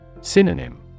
Synonym